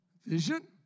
vision